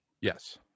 Yes